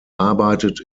arbeitet